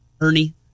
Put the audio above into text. Ernie